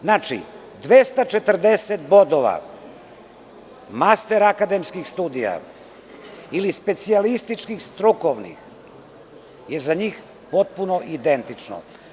Znači, 240 bodova master akademskih studija ili specijalističkih strukovnih je za njih potpuno identično.